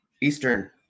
Eastern